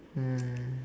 ya